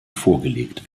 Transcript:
vorgelegt